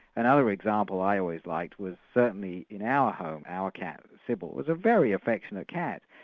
another example i always liked was, certainly in our home, our cat, sybil, was a very affectionate cat,